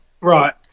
Right